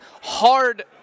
hard